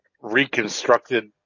reconstructed